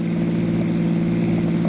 the